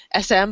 SM